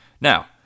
Now